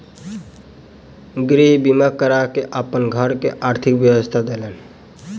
गृह बीमा करबा के ओ अपन घर के आर्थिक सुरक्षा देलैन